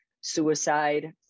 suicide